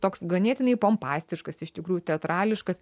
toks ganėtinai pompastiškas iš tikrųjų teatrališkas